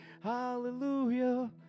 hallelujah